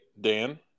Dan